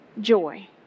joy